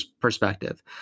perspective